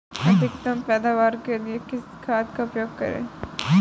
अधिकतम पैदावार के लिए किस खाद का उपयोग करें?